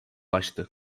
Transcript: açtı